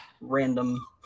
random